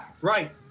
Right